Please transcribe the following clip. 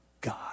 God